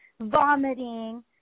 vomiting